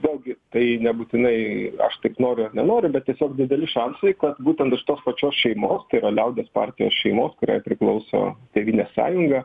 vėlgi tai nebūtinai aš taip noriu ar nenoriu bet tiesiog dideli šansai kad būtent iš tos pačios šeimos tai yra liaudies partijos šeimos kuriai priklauso tėvynės sąjunga